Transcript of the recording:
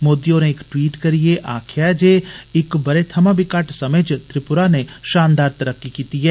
मोदी होरें इक ट्वीट करिये आक्खेआ जे इक बरे थमां बी घट्ट समे च त्रिपुरा ने षानदार तरक्की कीती ऐ